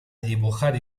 dibujar